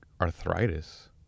arthritis